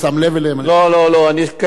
לא, לא, אני כן שמתי לב.